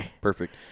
perfect